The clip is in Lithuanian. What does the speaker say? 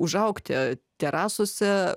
užaugti terasose